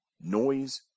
noise